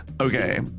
Okay